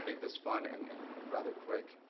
and make this fun and and rather quick.